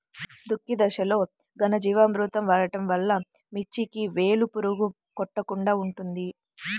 దుక్కి దశలో ఘనజీవామృతం వాడటం వలన మిర్చికి వేలు పురుగు కొట్టకుండా ఉంటుంది?